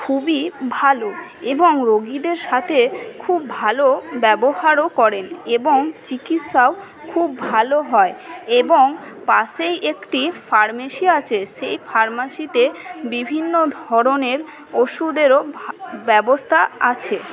খুবই ভালো এবং রোগীদের সাথে খুব ভালো ব্যবহারও করেন এবং চিকিৎসাও খুব ভালো হয় এবং পাশেই একটি ফার্মেসি আছে সেই ফার্মাসিতে বিভিন্ন ধরনের ওষুধেরও ব্যবস্থা আছে